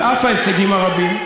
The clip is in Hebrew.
על אף ההישגים הרבים,